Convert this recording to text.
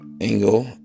Angle